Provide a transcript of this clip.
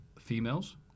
females